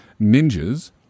ninjas